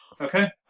Okay